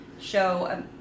show